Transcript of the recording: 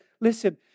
listen